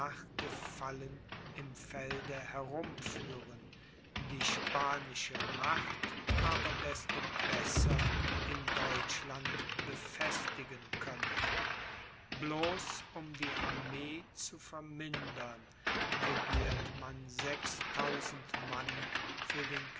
gefallen im felde herumführen die spanische macht aber desto besser in deutschland befestigen könne bloß um die armee zu vermindern begehrt man sechstausend mann für den